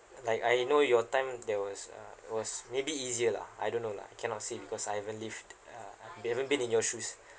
like I know your time there was uh was maybe easier lah I don't know lah cannot say because I haven't lived uh be haven't been in your shoes